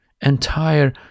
entire